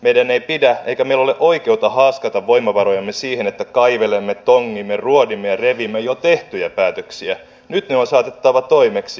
meidän ei pidä eikä meillä ole oikeutta haaskata voimavarojamme siihen että kaivelemme tongimme ruodimme ja revimme jo tehtyjä päätöksiä nyt ne on saatettava toimeksi